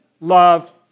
love